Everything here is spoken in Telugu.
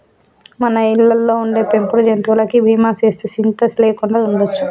మన ఇళ్ళలో ఉండే పెంపుడు జంతువులకి బీమా సేస్తే సింత లేకుండా ఉండొచ్చు